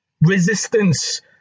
resistance